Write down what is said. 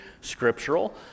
scriptural